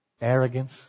Arrogance